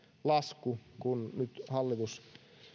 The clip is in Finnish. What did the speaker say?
lasku kun hallitus